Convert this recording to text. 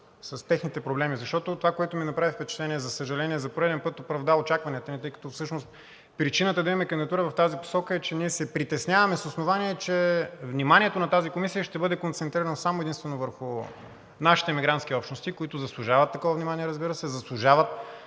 с техните проблеми. Защото това, което ми направи впечатление, за съжаление, за пореден път оправда очакванията ми, тъй като всъщност причината да имаме кандидатура в тази посока е, че ние се притесняваме с основание, че вниманието на тази Комисия ще бъде концентрирано само и единствено върху нашите мигрантски общности, които заслужават такова внимание, разбира се, заслужават